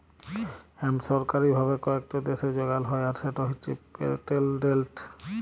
hemp সরকারি ভাবে কয়েকট দ্যাশে যগাল যায় আর সেট হছে পেটেল্টেড